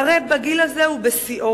והרי בגיל הזה הוא בשיאו.